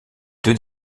deux